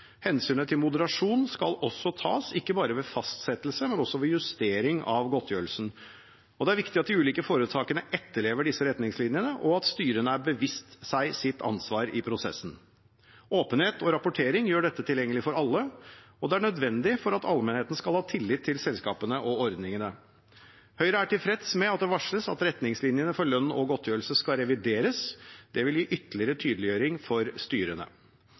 Hensynet til moderasjon skal også tas ikke bare ved fastsettelse, men også ved justering av godtgjørelse. Det er viktig at de ulike foretakene etterlever disse retningslinjene, og at styrene er seg bevisst sitt ansvar i prosessene. Åpenhet og rapportering gjør dette tilgjengelig for alle. Det er nødvendig for at allmenheten skal ha tillit til selskapene og ordningene. Høyre er tilfreds med at det varsles at retningslinjene for lønn og godtgjørelse skal revideres – det vil gi ytterligere tydeliggjøring for styrene.